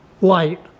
light